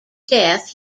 death